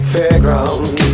Fairground